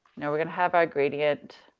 now, we're gonna have our gradient.